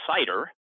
cider